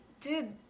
dude